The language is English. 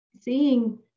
Seeing